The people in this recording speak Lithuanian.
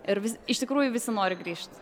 ir iš tikrųjų visi nori grįžt